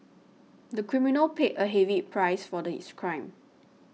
the criminal paid a heavy price for the his crime